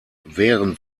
während